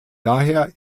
daher